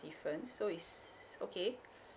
different so is okay